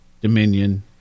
Dominion